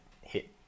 hit